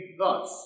thus